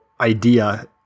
idea